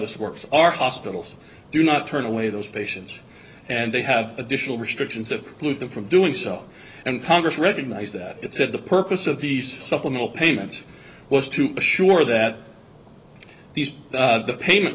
this works our hospitals do not turn away those patients and they have additional restrictions that blew them from doing so and congress recognized that it said the purpose of these supplemental payments was to assure that these